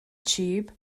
tube